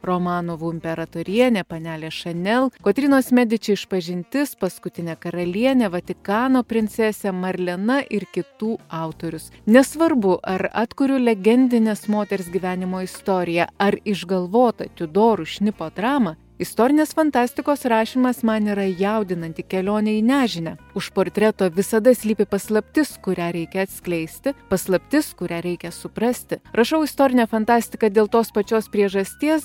romanovų imperatorienė panelė šanel kotrynos mediči išpažintis paskutinė karalienė vatikano princesė marlena ir kitų autorius nesvarbu ar atkuriu legendinės moters gyvenimo istoriją ar išgalvotą tiudorų šnipo dramą istorinės fantastikos rašymas man yra jaudinanti kelionė į nežinią už portreto visada slypi paslaptis kurią reikia atskleisti paslaptis kurią reikia suprasti rašau istorinę fantastiką dėl tos pačios priežasties